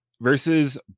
versus